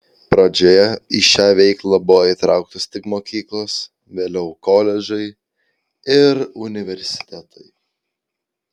pradžioje į šią veiklą buvo įtrauktos tik mokyklos vėliau koledžai ir universitetai